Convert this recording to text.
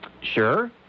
Sure